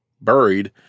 buried